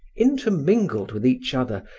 intermingled with each other,